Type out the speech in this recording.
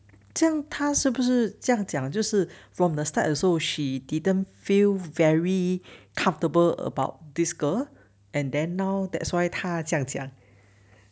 这样他是不是这样讲就是 from the start 的时候 she didn't feel very comfortable about this girl and then now that's why 他这样讲